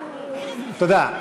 תודה.